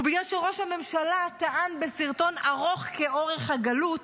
בגלל שראש הממשלה טען בסרטון ארוך כאורך הגלות